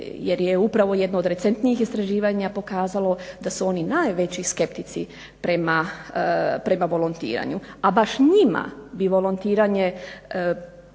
jer je upravo jedno od recentnijih istraživanja pokazalo da su oni najveći skeptici prema volontiranju a baš njima bi volontiranje